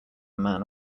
man